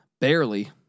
Barely